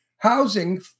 housing